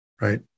right